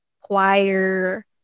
choir